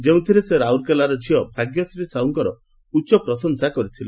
ଯେଉଁଥିରେ ସେ ରାଉରକେଲାର ଝିଅ ଭାଗ୍ୟଶ୍ରୀ ସାହୁଙ୍କର ଉଚ୍ଚ ପ୍ରଶଂସା କରିଥିଲେ